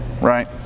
right